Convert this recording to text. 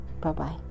bye-bye